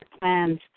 plans